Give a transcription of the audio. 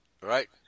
right